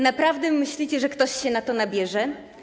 Naprawdę myślicie, że ktoś się na to nabierze?